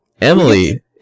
emily